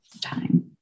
time